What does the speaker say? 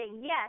yes